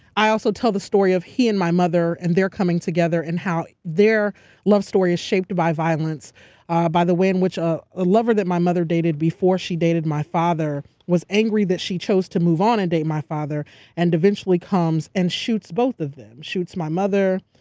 i also tell the story of he and my mother and their coming together and how their love story is shaped by violence ah by the way in which a lover that my mother dated before she dated my father was angry that she chose to move on and date my father and eventually comes and shoots both of them. shoots my mother,